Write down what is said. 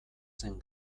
zen